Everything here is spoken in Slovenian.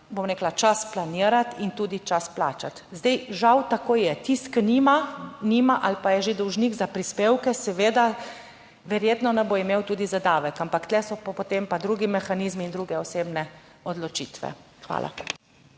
bom rekla, čas planirati in tudi čas plačati. Zdaj žal tako je. Tisti, ki nima, nima ali pa je že dolžnik za prispevke seveda verjetno ne bo imel tudi za davek. Ampak tu so pa potem pa drugi mehanizmi in druge osebne odločitve. Hvala.